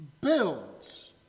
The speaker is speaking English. builds